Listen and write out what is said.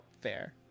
fair